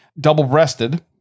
double-breasted